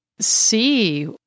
see